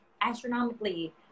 astronomically